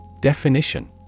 Definition